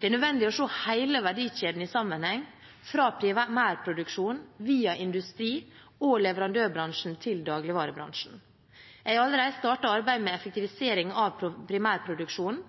Det er nødvendig å se hele verdikjeden i sammenheng, fra primærproduksjon, via industri og leverandørbransjen til dagligvarebransjen. Jeg har allerede startet arbeidet med effektivisering av primærproduksjonen.